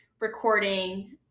recording